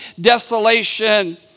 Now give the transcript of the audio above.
desolation